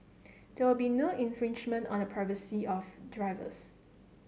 there will be no infringement on the privacy of drivers